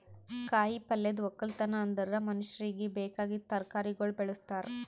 ಕಾಯಿ ಪಲ್ಯದ್ ಒಕ್ಕಲತನ ಅಂದುರ್ ಮನುಷ್ಯರಿಗಿ ಬೇಕಾಗಿದ್ ತರಕಾರಿಗೊಳ್ ಬೆಳುಸ್ತಾರ್